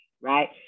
right